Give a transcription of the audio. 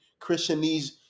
Christianese